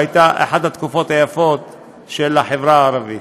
זו הייתה אחת התקופות היפות של החברה הערבית.